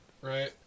right